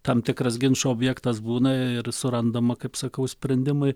tam tikras ginčo objektas būna ir surandama kaip sakau sprendimai